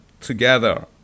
together